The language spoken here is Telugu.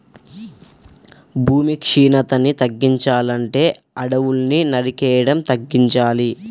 భూమి క్షీణతని తగ్గించాలంటే అడువుల్ని నరికేయడం తగ్గించాలి